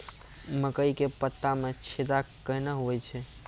मकई के पत्ता मे छेदा कहना हु छ?